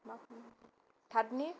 थारनि